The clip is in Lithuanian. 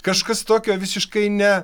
kažkas tokio visiškai ne